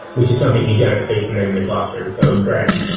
which is something you don't see from them in the classroom, so it was great.